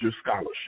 scholarship